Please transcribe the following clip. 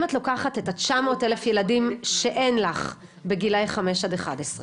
אם את לוקחת את ה-900 אלף ילדים שאין לך בגילאים 5 עד 11,